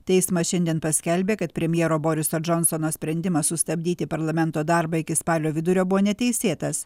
teismas šiandien paskelbė kad premjero boriso džonsono sprendimas sustabdyti parlamento darbą iki spalio vidurio buvo neteisėtas